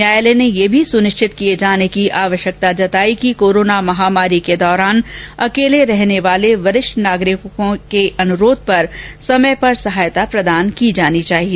न्यायालय ने यह भी सुनिश्चित किये जाने की आवश्यकता जताई कि कोरोना महामारी के दौरान अकेले रहने वाले वरिष्ठ नागरिकों र्क अनुरोध पर समय पर सहायता प्रदान की जानी चाहिए